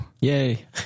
Yay